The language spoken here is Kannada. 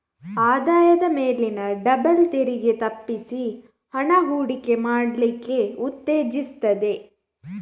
ಆದಾಯದ ಮೇಲಿನ ಡಬಲ್ ತೆರಿಗೆ ತಪ್ಪಿಸಿ ಹಣ ಹೂಡಿಕೆ ಮಾಡ್ಲಿಕ್ಕೆ ಉತ್ತೇಜಿಸ್ತದೆ